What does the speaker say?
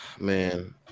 Man